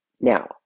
Now